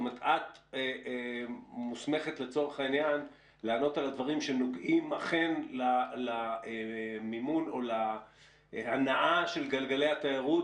את מוסמכת לענות על הדברים שנוגעים למימון או להנעה של גלגלי התיירות,